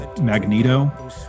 Magneto